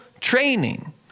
training